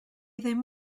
ddim